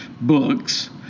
books